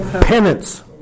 penance